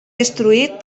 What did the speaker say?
destruït